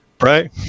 Right